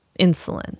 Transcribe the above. insulin